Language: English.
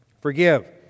Forgive